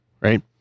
right